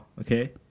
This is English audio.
okay